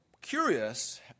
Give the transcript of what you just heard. curious